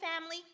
family